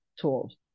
tools